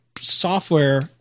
software